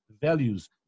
values